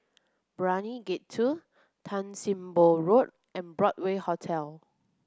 Brani Gate Two Tan Sim Boh Road and Broadway Hotel